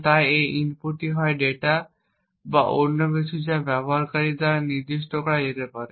তাই এই ইনপুটটি হয় ডেটা বা অন্য কিছু যা ব্যবহারকারীর দ্বারা নির্দিষ্ট করা হতে পারে